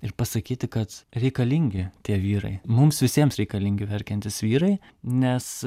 ir pasakyti kad reikalingi tie vyrai mums visiems reikalingi verkiantys vyrai nes